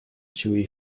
chewy